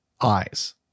eyes